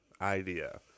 idea